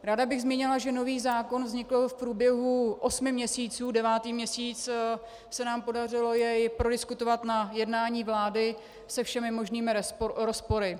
Ráda bych zmínila, že nový zákon vznikl v průběhu osmi měsíců, devátý měsíc se nám podařilo jej prodiskutovat na jednání vlády se všemi možnými rozpory.